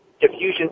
diffusion